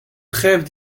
trêve